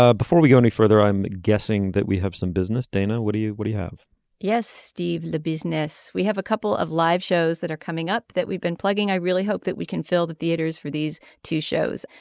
ah before we go any further i'm guessing that we have some business dana. what do you what do you have yes steve. the business. we have a couple of live shows that are coming up that we've been plugging i really hope that we can fill the theaters for these two shows.